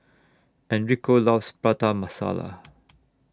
Enrico loves Prata Masala